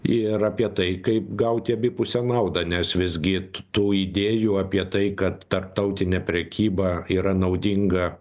ir apie tai kaip gauti abipusę naudą nes visgi tų idėjų apie tai kad tarptautinė prekyba yra naudinga